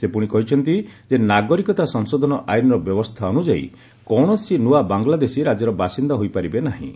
ସେ ପୁଣି କହିଛନ୍ତି ଯେ ନାଗରିକତା ସଂଶୋଧନ ଆଇନ୍ର ବ୍ୟବସ୍ଥା ଅନୁଯାୟୀ କୌଣସି ନୂଆ ବାଙ୍ଗଲାଦେଶୀ ରାଜ୍ୟର ବାସିନ୍ଦା ହୋଇପାରିବେ ନାହିଁ